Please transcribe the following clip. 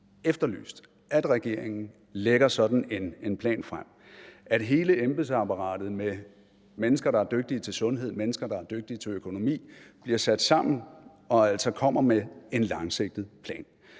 efterlyst, at regeringen lægger sådan en plan frem; at hele embedsapparatet med mennesker, der er dygtige til sundhed, og mennesker, der er dygtige til økonomi, bliver sat sammen og altså kommer med en langsigtet plan.